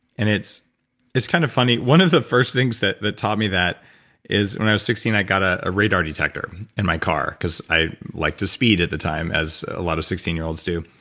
and it's it's kind of funny. one of the first things that taught me that is when i was sixteen i got to radar detector in my car, because i liked to speed at the time as a lot of sixteen year-olds do.